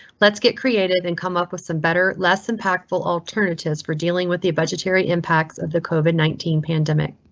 let's get created and come up with some better, less impactful alternatives for dealing with the budgetary impacts of the covid nineteen pandemic